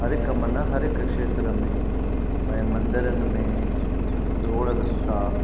हर हिकु कमु न हर हिकु खेत्र में भाई मंदिरनि में रोड रस्ता